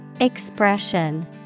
Expression